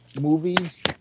movies